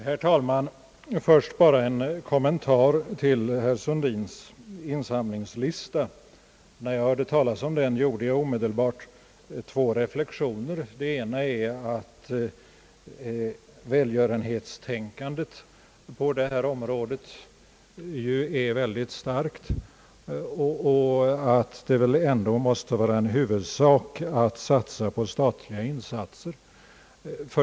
Herr talman! Jag vill först bara ge en kommentar till herr Sundins insamlingslista. När jag hörde talas om den, gjorde jag omedelbart två reflexioner. Den ena reflexionen var att välgörenhetstänkandet på detta område ju är väldigt starkt och att det väl ändå måste vara en huvudsak att satsa på statliga insatser.